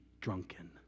drunken